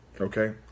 okay